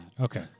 Okay